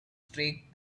streak